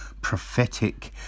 prophetic